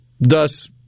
thus